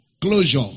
Closure